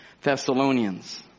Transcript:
Thessalonians